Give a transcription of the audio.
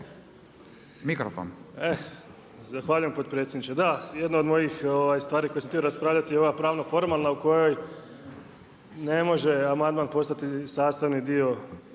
(HNS)** Zahvaljujem potpredsjedniče. Da, jedna od mojih stvari o kojoj sam htio raspravljati je ova pravna forma u kojoj ne može amandman postati sastavni dio